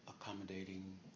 accommodating